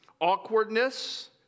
awkwardness